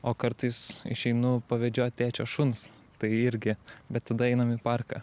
o kartais išeinu pavedžiot tėčio šuns tai irgi bet tada einam į parką